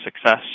success